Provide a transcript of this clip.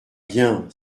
bien